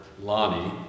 Lonnie